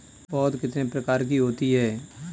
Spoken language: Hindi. पौध कितने प्रकार की होती हैं?